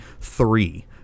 three